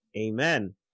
Amen